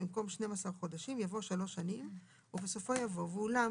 במקום "שניים עשר חודשים" יבוא "שלוש שנים ובסופו יבוא "ואולם,